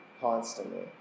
constantly